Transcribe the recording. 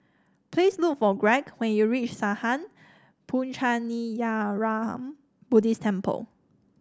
please look for Gregg when you reach Sattha Puchaniyaram Buddhist Temple